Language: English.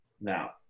Now